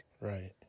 Right